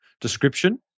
description